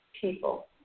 people